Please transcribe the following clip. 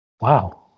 wow